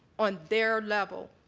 on their level.